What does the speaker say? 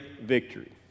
victory